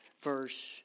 verse